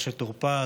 משה טור פז,